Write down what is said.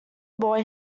boy